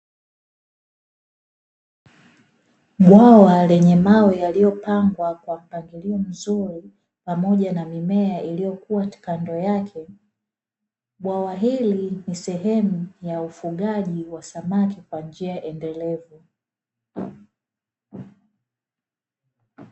Bwawa lenye mawe yaliyopangwa kwa mpangilio mzuri, pamoja na mimea iliyokuwa kando yake, bwawa hili ni sehemu ya ufugaji wa samaki kwa njia endelevu.